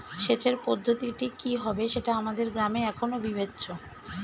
সেচের পদ্ধতিটি কি হবে সেটা আমাদের গ্রামে এখনো বিবেচ্য